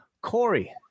Corey